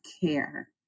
care